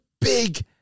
big